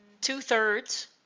Two-thirds